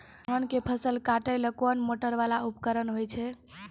धान के फसल काटैले कोन मोटरवाला उपकरण होय छै?